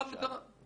למשל.